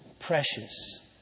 Precious